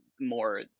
more